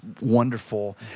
wonderful